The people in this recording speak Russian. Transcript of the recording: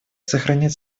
сохранять